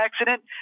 accident